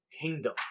Kingdom